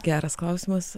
geras klausimas